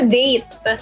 date